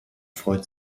freut